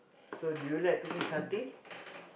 so do you like to eat satay